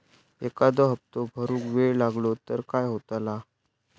एखादो हप्तो भरुक वेळ लागलो तर काय होतला?